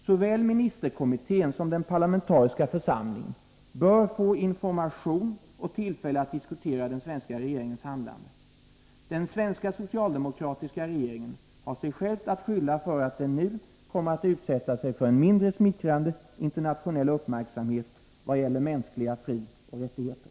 Såväl ministerkommittén som den parlamentariska församlingen bör få information och tillfälle att diskutera den svenska regeringens handlande. Den svenska socialdemokratiska regeringen har sig själv att skylla för att den nu kommer att utsätta sig för en mindre smickrande internationell uppmärksamhet vad gäller mänskliga frioch rättigheter.